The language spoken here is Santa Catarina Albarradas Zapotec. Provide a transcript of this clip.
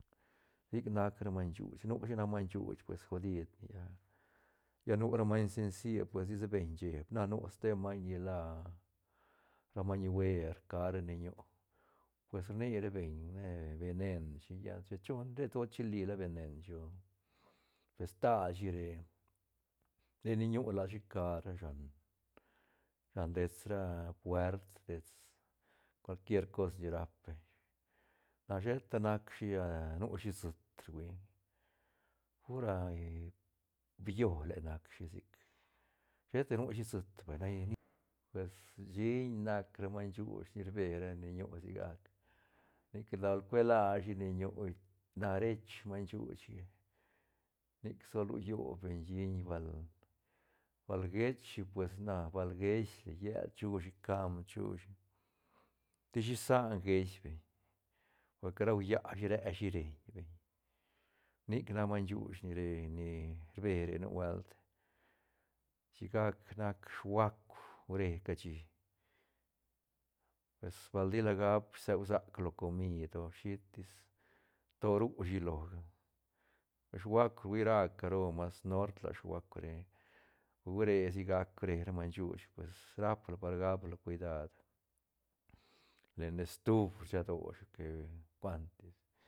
Sic nac ra maiñ shuuch nushi nac maiñ shuuch pues godid ni lla, lla nu ra maiñ sencie pues tisa beñ cheeb na nu ste maiñ nila ra maiñ huer cara len ñu pues rni ra beñ ne venen shi lla chi chune na re ti lsoa chili la venen o shi oh per stal shi re- re leñu lashi cara shan dets ra puert dets cual quier cos ni rap beñ na sheta nac shi nu shi siit huia pur boile nacshi sic sheta nushi siit vay, pues shiñ nac ra maiñ shuuch ni rbe ra le ñu sigac nic bal cuelashi len ñu na rech maiñ shuuch ga nic sol ru llob beñ shiñ bal- bal gechi pues na bal geisla llel chushi cam chushi tishi san geis beñ porque rau llashi re shi reiñ beñ nic nac maiñ shuuch ni re ni rbe re nubuelt sigac nac shuacu huere cashi pues bal tila gap suesac lo comid shitis to rushi loga scuak ruia ra caro mas nort la scuak re, hui re sigac bre maiñ shuuch pues rapla por gapla cuidad len estuf rshadoshi que cuantis.